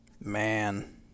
Man